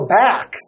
back